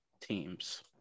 teams